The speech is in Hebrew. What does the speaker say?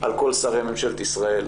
על כל שרי ממשלת ישראל,